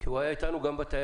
הוא היה איתנו גם בתיירות.